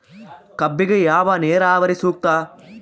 ಕಬ್ಬಿಗೆ ಯಾವ ನೇರಾವರಿ ಸೂಕ್ತ?